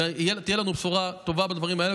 ותהיה לנו בשורה טובה בדברים האלה,